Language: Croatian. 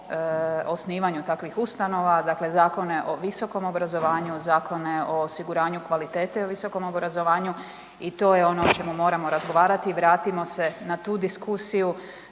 osnivanje takvih ustanova, dakle zakone o visokom obrazovanje, zakone o osiguranju kvalitete u visokom obrazovanju i to je ono o čemu moramo razgovarati. Vratimo se na tu diskusiju,